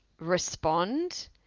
respond